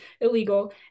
illegal